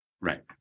Right